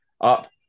up